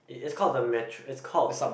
it it's called the metr~ it's called